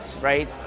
right